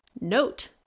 Note